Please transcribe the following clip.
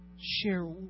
share